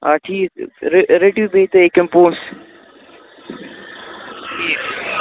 آ ٹھیٖک رٔ رٔٹِو بیٚیہِ تُہۍ أکیٛاہ یِم پونٛسہٕ